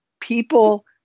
people